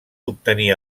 obtenir